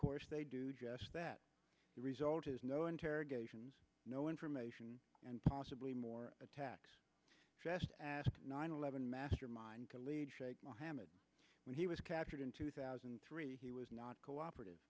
course they do just that the result is no interrogations no information and possibly more attacks just ask nine eleven mastermind khalid shaikh mohammed when he was captured in two thousand and three he was not cooperative